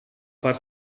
far